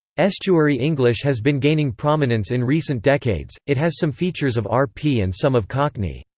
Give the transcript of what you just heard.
estuary english has been gaining prominence in recent decades it has some features of rp and some of cockney.